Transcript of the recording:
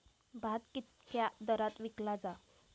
भात कित्क्या दरात विकला जा?